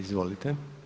Izvolite.